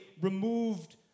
removed